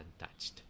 untouched